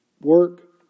work